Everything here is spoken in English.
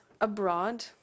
abroad